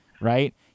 right